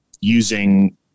using